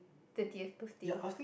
thirtieth birthday